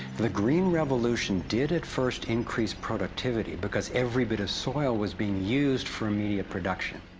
the green revolution did at first increase productivity, because every bit of soil was being used for immediate production,